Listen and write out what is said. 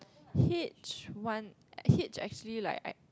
hitch one hitch actually like I